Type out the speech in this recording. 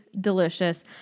delicious